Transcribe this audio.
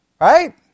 Right